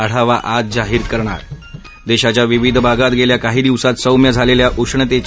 आढावा आज जाहीर करणार देशाच्या विविध भागात गेल्या काही दिवसात सौम्य झालेल्या उष्णतेच्या